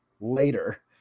later